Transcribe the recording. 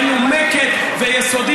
מנומקת ויסודית,